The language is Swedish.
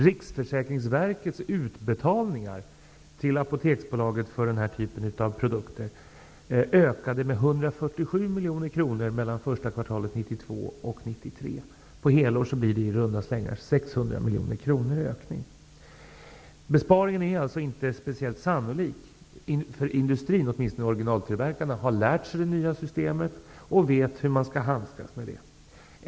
Riksförsäkringsverkets utbetalningar till Apoteksbolaget för den här typen av produkter ökade med 147 miljoner kronor mellan första kvartalet 1992 och första kvartalet 1993. På ett helår blir det en ökning om i runda tal 600 miljoner kronor. Besparingen är alltså inte speciellt sannolik, åtminstone inte för industrin. Originaltillverkarna har lärt sig det nya systemet och vet hur hur de skall handskas med det.